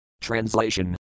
Translation